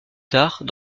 tard